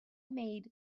made